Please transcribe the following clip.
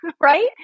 right